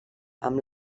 amb